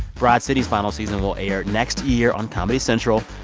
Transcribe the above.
broad city's final season will air next year on comedy central.